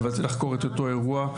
לחקור את אותו אירוע,